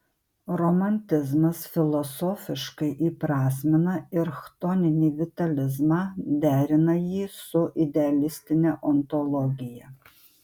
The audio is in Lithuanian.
romantizmas filosofiškai įprasmina ir chtoninį vitalizmą derina jį su idealistine ontologija